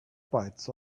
bites